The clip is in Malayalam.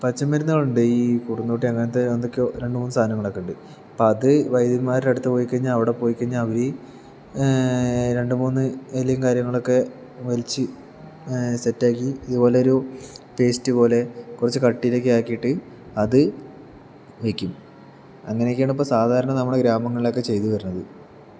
പച്ചമരുന്നുകൾ ഉണ്ട് ഈ കുറുന്തോട്ടി അങ്ങനെ എന്തൊക്കെയോ രണ്ടുമൂന്ന് സാധനങ്ങളൊക്കെ ഉണ്ട് അപ്പോൾ അത് വൈദ്യന്മാരുടെ അടുത്ത് പോയിക്കഴിഞ്ഞാൽ അവിടെ പോയിക്കഴിഞ്ഞാല് അവര് രണ്ടുമൂന്ന് ഇല കാര്യങ്ങളൊക്കെ വലിച്ച് സെറ്റ് ആക്കി ഇതുപോലെ സെറ്റ് ആ പേസ്റ്റ് പോലെ കുറച്ച് കട്ടിയിൽ ഒക്കെ ആക്കിയിട്ട് അത് വെക്കും അങ്ങനെയൊക്കെയാണ് സാധാരണ നമ്മുടെ ഗ്രാമങ്ങളിൽ ഒക്കെ ചെയ്തുവരുന്നത്